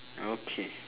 okay